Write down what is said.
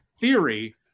theory